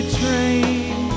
train